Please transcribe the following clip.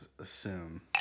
assume